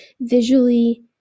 visually